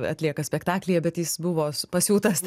atlieka spektaklyje bet jis buvo pasiūtas